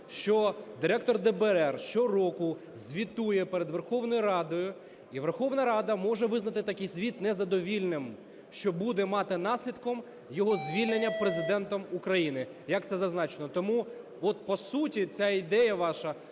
що директор ДБР щороку звітує перед Верховною Радою, і Верховна Рада може визнати такий звіт незадовільним, що буде мати наслідком його звільнення Президентом України, як це за зазначено. Тому от по суті ця ідея ваша,